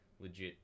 legit